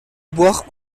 boire